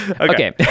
Okay